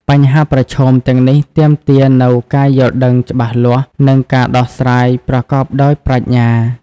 បញ្ហាប្រឈមទាំងនេះទាមទារនូវការយល់ដឹងច្បាស់លាស់ និងការដោះស្រាយប្រកបដោយប្រាជ្ញា។